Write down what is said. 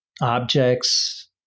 objects